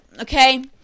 okay